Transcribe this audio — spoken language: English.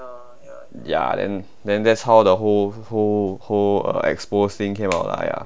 ya then then that's how the whole whole whole uh expose thing came out lah ya